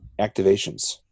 activations